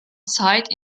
site